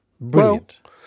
Brilliant